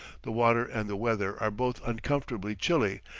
the water and the weather are both uncomfortably chilly,